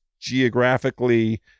geographically